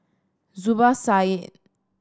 Zubir Said